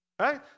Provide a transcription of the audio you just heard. right